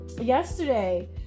yesterday